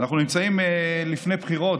אנחנו נמצאים לפני בחירות,